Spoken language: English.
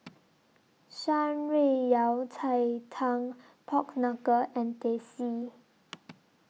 Shan Rui Yao Cai Tang Pork Knuckle and Teh C